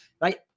right